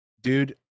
dude